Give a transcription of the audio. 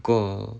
过